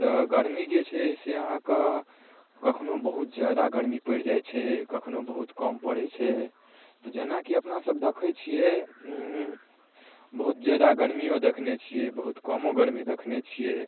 तऽ गर्मी जे छै से अहाँ कऽ कखनो बहुत जादा गर्मी पैर जाइत छै कखनो बहुत कम पड़ैत छै तऽ जेनाकी अपनासब देखैत छियै बहुत जादा गर्मियो देखने छियै बहुत कमो गर्मी देखने छियै